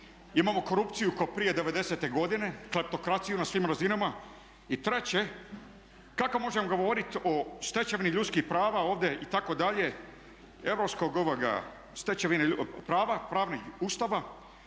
Imamo korupciju kao prije '90. godine, kleptokraciju na svim razinama. Treće, kako možemo govoriti o stečevini ljudskih prava itd. europske stečevine prava, pravnih ustava